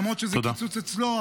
למרות שזה קיצוץ אצלו,